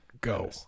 Go